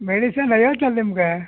medicine ಹೇಳ್ದ್ನಲ್ಲ ನಿಮಗೆ